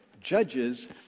Judges